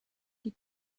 die